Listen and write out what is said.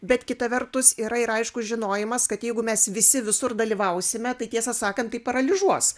bet kita vertus yra ir aiškus žinojimas kad jeigu mes visi visur dalyvausime tai tiesą sakant tai paralyžiuos